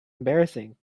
embarrassing